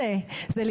היא לא עוברת שום